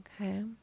Okay